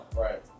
Right